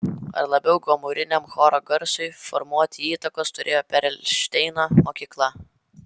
ar labiau gomuriniam choro garsui formuoti įtakos turėjo perelšteino mokykla